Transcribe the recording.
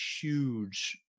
huge